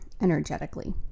energetically